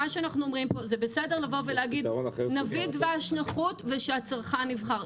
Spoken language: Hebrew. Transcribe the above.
זה בסדר לבוא ולהגיד: נביא דבש נחות ושהצרכן יבחר,